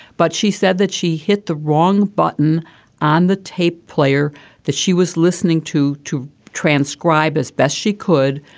but she said that she hit the wrong button on the tape player that she was listening to to transcribe as best she could.